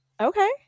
Okay